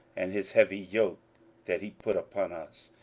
and his heavy yoke that he put upon us,